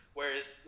Whereas